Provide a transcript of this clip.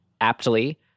aptly